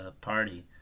party